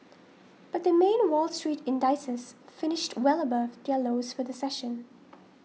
but the main Wall Street indices finished well above their lows for the session